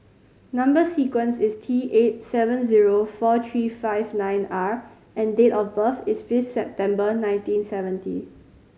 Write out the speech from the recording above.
number sequence is T eight seven zero four three five nine R and date of birth is fifth September nineteen seventy